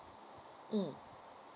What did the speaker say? um